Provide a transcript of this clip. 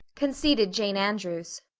conceded jane andrews,